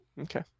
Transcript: Okay